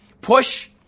push